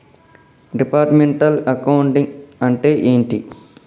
Departmental accounting అంటే ఏమిటి?